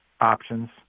options